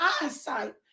eyesight